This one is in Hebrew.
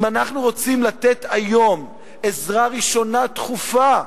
אם אנחנו רוצים לתת היום עזרה ראשונה דחופה,